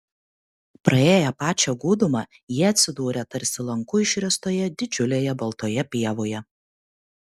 praėję pačią gūdumą jie atsidūrė tarsi lanku išriestoje didžiulėje baltoje pievoje